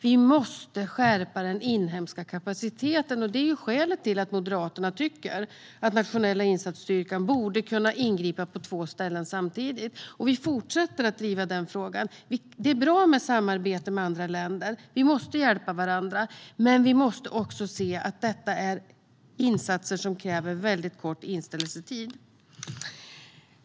Vi måste skärpa den inhemska kapaciteten. Det är skälet till att Moderaterna tycker att Nationella insatsstyrkan borde kunna ingripa på två ställen samtidigt, och vi fortsätter att driva den frågan. Det är bra med samarbete med andra länder - vi måste hjälpa varandra - men vi måste också se att detta är insatser som kräver mycket kort inställelsetid.